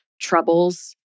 troubles